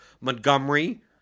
Montgomery